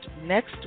next